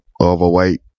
overweight